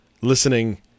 listening